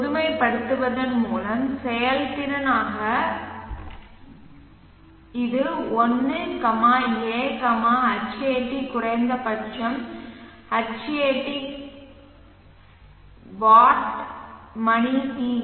எனவே பொதுமைப்படுத்துவதன் மூலம் செயல்திறன் ஆக செயல்திறன் இது 1 A Hat குறைந்தபட்சம் Hat குறைந்தபட்சம் வாட் மணி பி